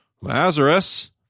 Lazarus